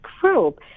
group